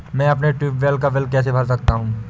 मैं अपने ट्यूबवेल का बिल कैसे भर सकता हूँ?